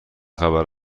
خبر